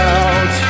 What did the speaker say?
out